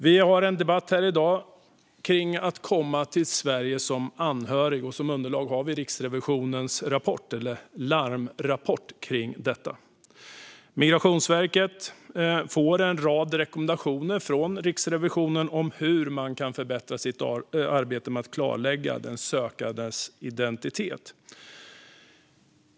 Vi har i dag en debatt om att komma till Sverige som anhörig, och som underlag har vi Riksrevisionens rapport, eller larmrapport, kring detta. Migrationsverket får en rad rekommendationer från Riksrevisionen om hur man kan förbättra sitt arbete med att klarlägga den sökandes identitet.